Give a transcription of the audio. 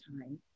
time